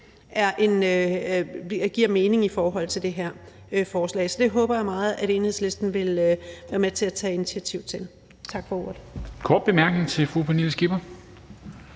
giver mening i forhold til det her forslag. Så det håber jeg meget at Enhedslisten vil være med til at tage initiativ til. Tak for ordet.